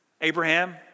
Abraham